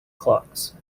clocks